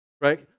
Right